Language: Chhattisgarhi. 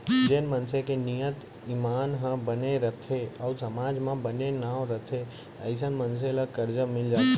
जेन मनसे के नियत, ईमान ह बने रथे अउ समाज म बने नांव रथे अइसन मनसे ल करजा मिल जाथे